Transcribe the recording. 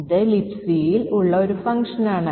ഇത് Libcയിൽ ഉള്ള ഒരു ഫംഗ്ഷനാണ്